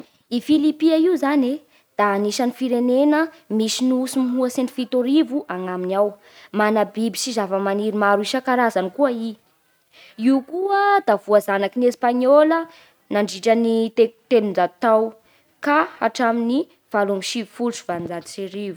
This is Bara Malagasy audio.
I Filipia io zany e da anisan'ny firenena misy nosy mihoatsy ny fito arivo agnaminy ao. Mana biby sy zava-maniry maro isan-karazany koa i. Io koa da voazanaky ny Espainola nandritra ny telo- telonjato tao ka hatramin'ny valo amby sivifolo sy valonjato sy arivo.